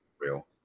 real